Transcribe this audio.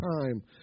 time